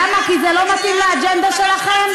למה, כי זה לא מתאים לאג'נדה שלכם?